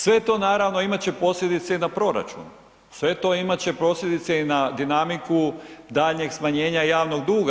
Sve to naravno imat će posljedice i na proračun, sve to imat će posljedice i na dinamiku daljnjeg smanjenja javnog duga.